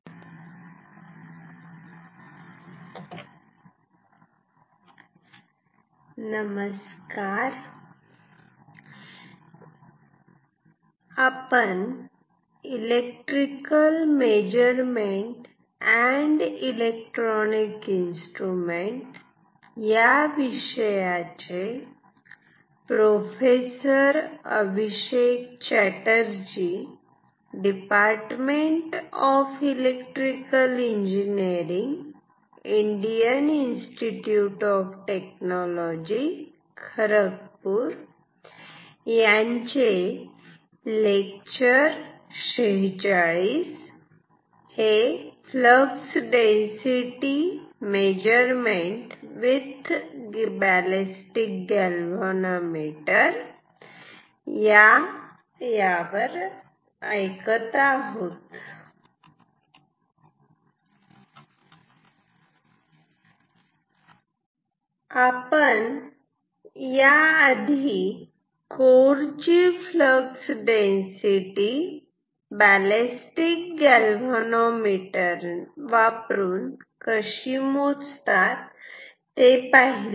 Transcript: flux density measurement with ballistic galvanometer continue आपण याआधी core ची फ्लक्स डेंसिटी बॅलेस्टिक गॅलव्हॅनोमीटर वापरून कशी मोजतात ते पाहिले